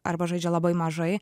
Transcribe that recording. arba žaidžia labai mažai